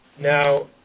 Now